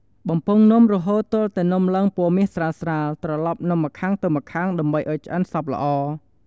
បំពងនំរហូតទាល់តែនំឡើងពណ៌មាសស្រាលៗ ត្រឡប់នំម្ខាងទៅម្ខាងដើម្បីឱ្យឆ្អិនសព្វល្អ។